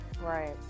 Right